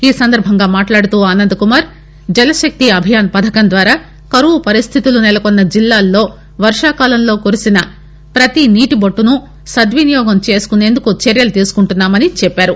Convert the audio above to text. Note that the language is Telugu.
ఈ సందర్బంగా మాట్లాడుతూ ఆనంద్కుమార్ జలశక్తి అభియాన్ పథకం ద్వారా కరువు పరిస్లితులు నెలకొన్న జిల్లాలలో వర్వాకాలంలో కురిసిన పతి నీటి బొట్టును సద్వినియోగం చేసుకునేందుకు చర్యలు తీసుకుంటున్నామని చెప్పారు